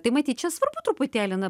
tai matyt čia svarbu truputėlį na